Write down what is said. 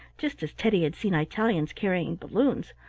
just as teddy had seen italians carrying balloons,